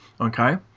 Okay